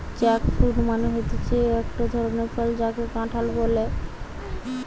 jackfruit মানে হতিছে একটো ধরণের ফল যাকে কাঁঠাল বলে